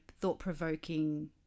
thought-provoking